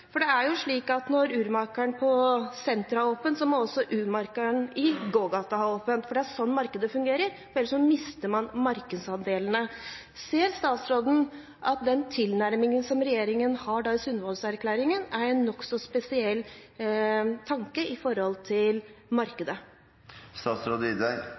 Det er jo slik at når urmakeren på senteret har åpent, må også urmakeren i gågata ha åpent. Det er slik markedet fungerer, ellers mister man markedsandelene. Ser statsråden at den tilnærmingen som regjeringen har i Sundvolden-erklæringen, er en nokså spesiell tanke med hensyn til